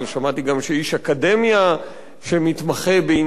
שמעתי גם שאיש אקדמיה שמתמחה בענייני